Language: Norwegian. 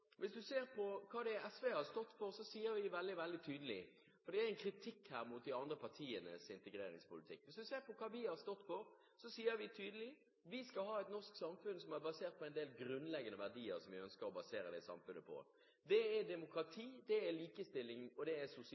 for det er en kritikk her mot de andre partienes integreringspolitikk: Hvis du ser på hva SV har stått for, så sier vi veldig, veldig tydelig at vi skal ha et norsk samfunn med en del grunnleggende verdier som vi ønsker å basere dette samfunnet på. Det er demokrati, det er likestilling, og det er sosial